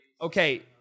Okay